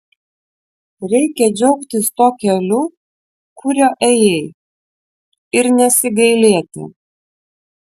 reikia džiaugtis tuo keliu kuriuo ėjai ir nesigailėti